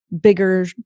bigger